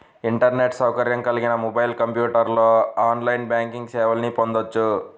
internet సౌకర్యం కలిగిన mobile, కంప్యూటర్లో ఆన్లైన్ బ్యాంకింగ్ సేవల్ని పొందొచ్చు